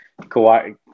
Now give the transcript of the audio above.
Kawhi